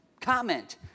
Comment